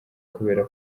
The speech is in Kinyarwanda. kubera